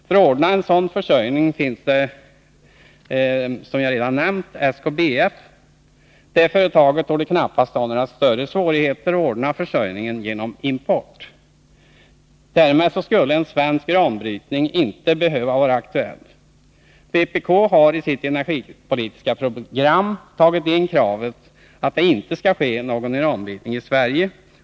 För att ordna en sådan försörjning finns ju det redan nämnda SKBF. Detta företag torde knappast ha några större svårigheter att ordna försörjningen genom import. Därmed skulle en svensk uranbrytning inte behöva vara aktuell. Vpk har i sitt energipolitiska program tagit in kravet att det inte skall ske någon uranbrytning i Sverige.